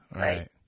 right